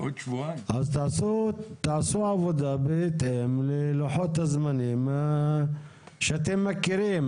אז תעשו עבודה בהתאם ללוחות הזמנים שאתם מכירים.